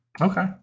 Okay